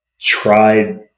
tried